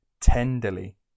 tenderly